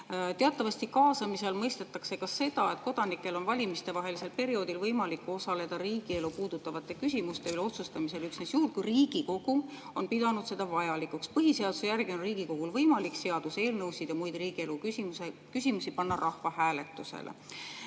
Teatavasti kaasamise all mõistetakse ka seda, et kodanikel on valimistevahelisel perioodil võimalik osaleda riigielu puudutavate küsimuste üle otsustamisel üksnes juhul, kui Riigikogu on pidanud seda vajalikuks. Põhiseaduse järgi on Riigikogul võimalik seaduseelnõusid ja muid riigielu küsimusi panna rahvahääletusele.